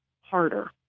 harder